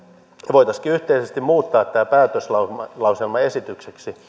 voitaisiinkin yhteisesti muuttaa tämä päätöslauselmaesitys